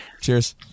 Cheers